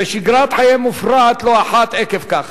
ושגרת חייהם מופרעת לא אחת עקב כך.